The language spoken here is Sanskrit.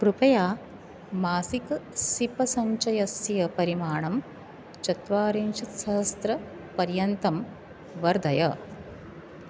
कृपया मासिक सिप सञ्चयस्य परिमाणं चत्वारिंशत्सहस्रपर्यन्तं वर्धय